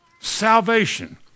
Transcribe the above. Salvation